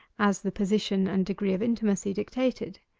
as the position and degree of intimacy dictated.